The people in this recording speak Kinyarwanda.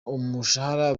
umushahara